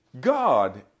God